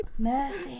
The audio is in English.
Mercy